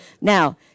Now